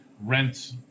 rent